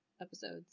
episodes